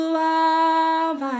love